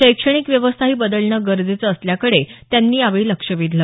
शैक्षणिक व्यवस्थाही बदलणं गरजेचं असल्याकडे त्यांनी यावेळी लक्ष वेधलं